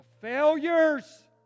failures